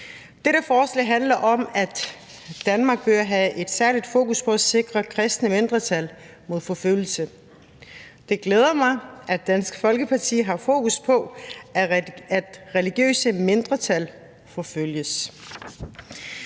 Dette forslag handler om, at Danmark bør have et særligt fokus på at sikre kristne mindretal mod forfølgelse. Det glæder mig, at Dansk Folkeparti har fokus på, at religiøse mindretal forfølges.